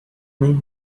mean